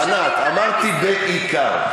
ענת, אמרתי: בעיקר.